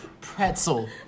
Pretzel